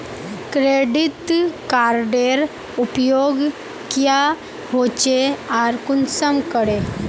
Credit कार्डेर उपयोग क्याँ होचे आर कुंसम करे?